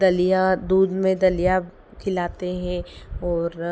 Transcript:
दलिया दूध में दलिया खिलाते हैं और